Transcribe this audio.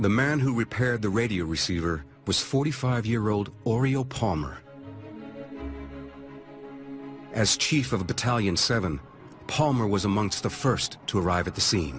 the man who repaired the radio receiver was forty five year old oreo palmer as chief of the talian seven palmer was amongst the first to arrive at the scene